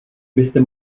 byste